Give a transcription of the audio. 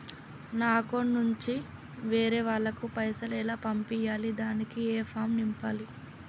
నా అకౌంట్ నుంచి వేరే వాళ్ళకు పైసలు ఎలా పంపియ్యాలి దానికి ఏ ఫామ్ నింపాలి?